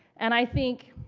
and i think,